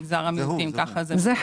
המיעוטים.